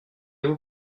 vous